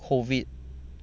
COVID